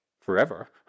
forever